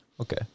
Okay